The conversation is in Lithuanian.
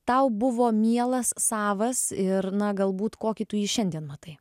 tau buvo mielas savas ir na galbūt kokį tu jį šiandien matai